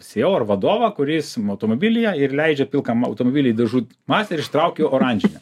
sielą ar vadovą kuris automobilyje ir leidžia pilkam automobiliui dažų masę ir ištraukiu oranžinę